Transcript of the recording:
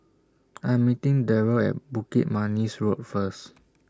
I Am meeting Daryl At Bukit Manis Road First